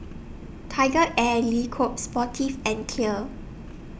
TigerAir Le Coq Sportif and Clear